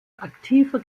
aktiver